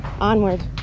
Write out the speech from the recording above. Onward